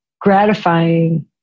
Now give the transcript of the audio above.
gratifying